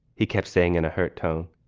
he kept saying in a hurt tone,